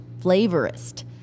flavorist